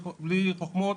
בלי חכמות,